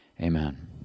Amen